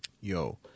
yo